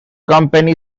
company